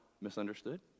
misunderstood